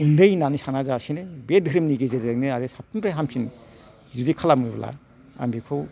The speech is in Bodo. उन्दै होननानै साना जासेनो बे धोरोमनि गेजेरजोंनो आरो साबसिननिफ्राय हामसिन बिदि खालामोब्ला आं बेखौ